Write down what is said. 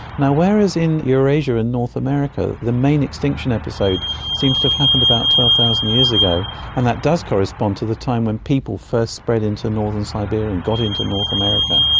now, whereas in eurasia and north america the main extinction episode seems to have happened about twelve thousand years ago and that does correspond to the time when people first spread into northern siberia and got into north america,